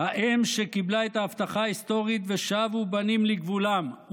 האם שקיבלה את ההבטחה ההיסטורית "ושבו בנים לגבולם",